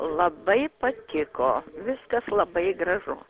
labai patiko viskas labai gražu